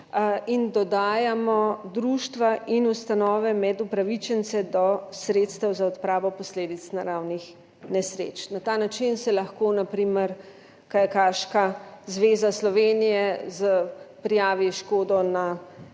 in dodajamo društva in ustanove med upravičence do sredstev za odpravo posledic naravnih nesreč. Na ta način se lahko na primer Kajakaška zveza Slovenije z prijavi škodo na